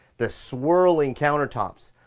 the swirling countertops.